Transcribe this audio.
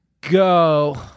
go